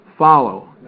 follow